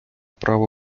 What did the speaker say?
право